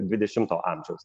dvidešimto amžiaus